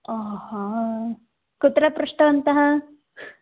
ओ हा कुत्र पृष्टवन्तः